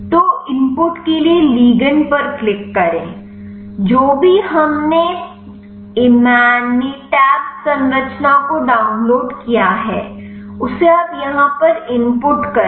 तो इनपुट के लिए लिगंड पर क्लिक करें जो भी हमने इमैटिनिब संरचना को डाउनलोड किया है उसे आप यहाँ पर इनपुट करें